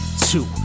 two